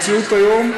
המציאות היום,